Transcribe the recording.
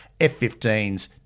F-15s